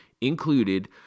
included